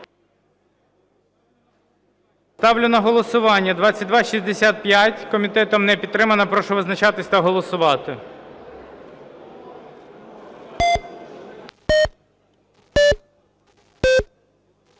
Ставлю на голосування 2265. Комітетом не підтримана. Прошу визначатися та голосувати.